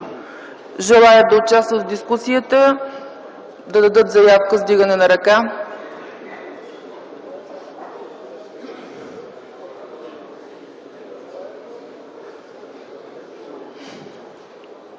желаят да участват в дискусията да дадат заявка с вдигане на ръка.